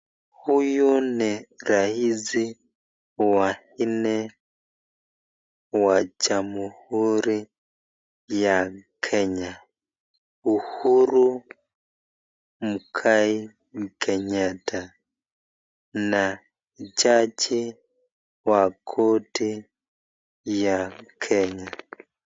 Huyu ni rais wa nne wa jamhuri ya Kenya, Uhuru Muigai Kenyatta, na jaji wa koti wa kenya.